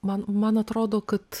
man man atrodo kad